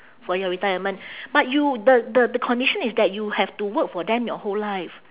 for your retirement but you the the the condition is that you have to work for them your whole life